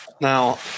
Now